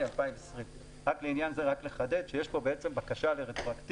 2020). לעניין זה אני מבקש לחדד שיש פה בקשה לרטרואקטיביות